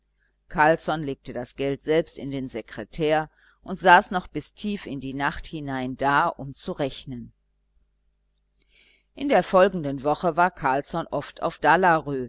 carlsson legte das geld selbst in den sekretär und saß noch bis tief in die nacht hinein da um zu rechnen in der folgenden woche war carlsson oft auf dalarö